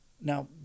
now